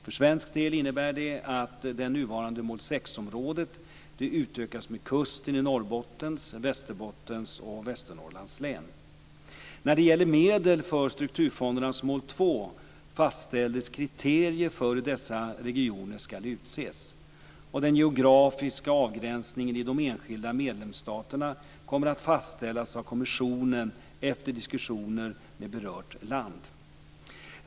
För svensk del innebär det att det nuvarande mål 6-området utökas med kusten i När det gäller medel för strukturfondernas mål 2 fastställdes kriterier för hur dessa regioner skall utses. Den geografiska avgränsningen i de enskilda medlemsstaterna kommer att fastställas av kommissionen efter diskussioner med berört land.